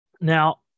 Now